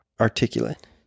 articulate